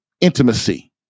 intimacy